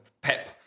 Pep